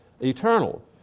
eternal